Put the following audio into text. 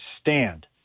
stand